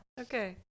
Okay